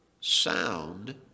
sound